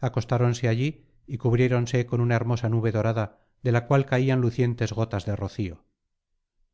acostáronse allí y cubriéronse con una hermosa nube dorada de la cual caían lucientes gotas de rocío